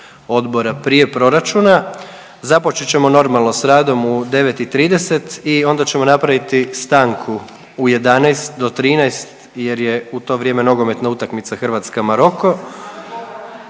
odbora prije proračuna. Započet ćemo normalno sa radom u 9,30 i onda ćemo napraviti stanku u 11 do 13 jer je u to vrijeme nogometna utakmica Hrvatska – Maroko.